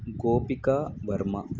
Gopika Varma